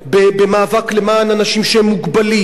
במאבק למען אנשים שהם מוגבלים,